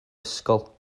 ysgol